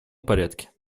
порядке